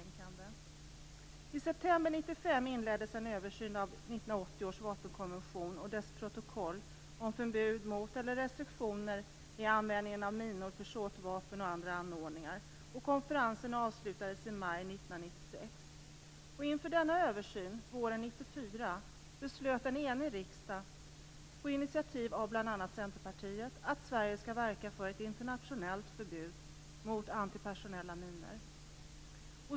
I september 1995 inleddes en översyn av 1980 års vapenkonvention och dess protokoll om förbud mot eller restriktioner i användningen av minor, försåtvapen och andra anordningar. Konferensen avslutades i maj 1996. Inför denna översyn våren 1994 beslutade en enig riksdag, på initiativ av bl.a. Centerpartiet, att Sverige skall verka för ett internationellt förbud mot antipersonella minor.